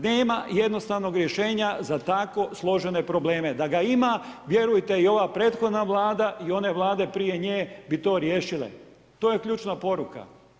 Nema jednostavnog rješenja za tako složene probleme, da ga ima vjerujte, i ova prethodna Vlada i one Vlade prije nje bi to riješile, to je ključna poruka.